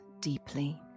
deeply